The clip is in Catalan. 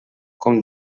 com